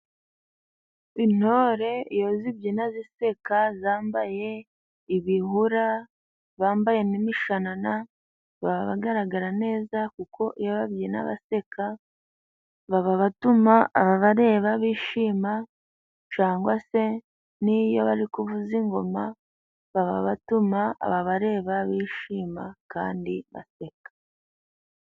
Intore iyo zibyina ziseka, zambaye ibihura, bambaye n'imishanana ,baba bagaragara neza kuko iyo babyina baseka baba batuma ababareba bishima, cangwa se n'iyo bari kuvuza ingoma baba batuma ababareba bishima kandi baseka.